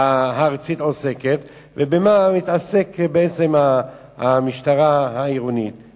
הארצית, עוסקת, ובמה המשטרה העירונית מתעסקת.